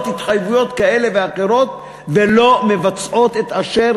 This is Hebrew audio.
התחייבויות כאלה ואחרות ולא מבצעות את אשר